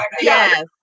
yes